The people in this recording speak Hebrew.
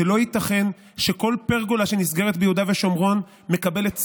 זה לא ייתכן שכל פרגולה שנסגרת ביהודה ושומרון מקבלת צו,